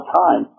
time